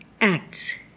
Acts